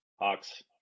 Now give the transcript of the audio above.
Hawks